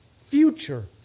future